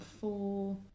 four